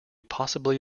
possibly